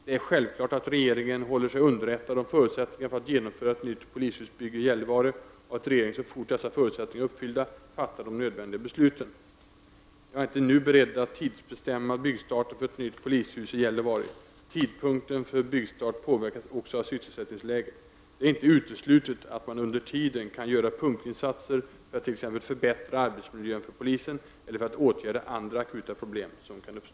Det är självklart att regeringen håller sig underrättad om förutsättningarna för att genomföra ett nytt polishusbygge i Gällivare och att regeringen så fort dessa förutsättningar är uppfyllda fattar de nödvändiga besluten. Jag är inte nu beredd att tidsbestämma byggstarten för ett nytt polishus i Gällivare. Tidpunkten för byggstart påverkas också av sysselsättningsläget. Det är inte uteslutet att man under tiden kan göra punktinsatser för att t.ex. förbättra arbetsmiljön för polisen eller för att åtgärda andra akuta problem som kan uppstå.